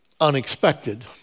unexpected